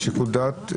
על שיקול דעת,